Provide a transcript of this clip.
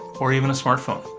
or even a smart phone.